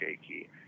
shaky